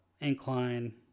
incline